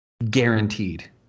guaranteed